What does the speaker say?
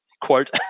quote